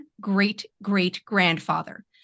great-great-grandfather